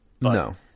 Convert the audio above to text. No